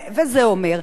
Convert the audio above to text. וזה אומר,